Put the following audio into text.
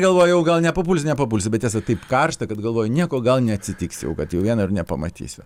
galvojau jau gal nepapulsiu nepapulsiu bet tiesa taip karšta kad galvoju nieko gal neatsitiks jau kad jau vieno ir nepamatysiu